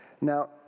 Now